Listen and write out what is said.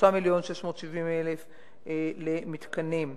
3 מיליון ו-670,000 למתקנים,